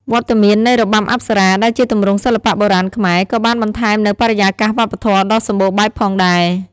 វត្តមាននៃរបាំអប្សរា ដែលជាទម្រង់សិល្បៈបុរាណខ្មែរ ក៏បានបន្ថែមនូវបរិយាកាសវប្បធម៌ដ៏សម្បូរបែបផងដែរ។